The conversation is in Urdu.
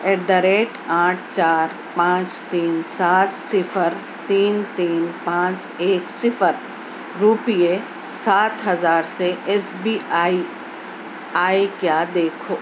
ایٹ دا ریٹ آٹھ چار پانچ تین سات صِفر تین تین پانچ ایک صِفر روپیے سات ہزار سے ایس بی آئی آئی کیا دیکھو